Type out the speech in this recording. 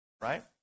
right